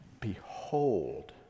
behold